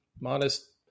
modest